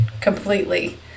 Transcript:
completely